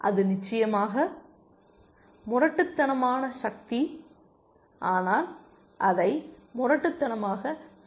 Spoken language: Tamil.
அது நிச்சயமாக முரட்டுத்தனமான சக்தி ஆனால் அதை முரட்டுத்தனமாக செய்வதில்லை